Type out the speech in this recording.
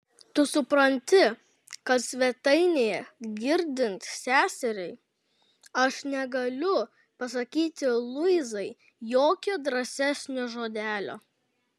tu supranti kad svetainėje girdint seseriai aš negaliu pasakyti luizai jokio drąsesnio žodelio